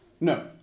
No